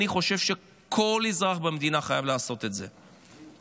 אני חושב שכל אזרח במדינה חייב לעשות את זה,